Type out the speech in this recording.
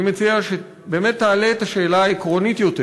אני מציע שבאמת תעלה את השאלה העקרונית-יותר,